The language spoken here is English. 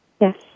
Yes